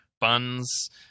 buns